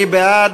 מי בעד?